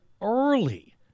early